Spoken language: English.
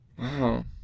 Wow